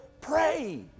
Pray